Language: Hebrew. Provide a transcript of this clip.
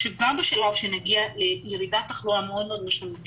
אבל יש הודעות לתקשורת שמגיעות דרך כל מיני גורמים למורי הדרך,